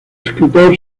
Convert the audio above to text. escritor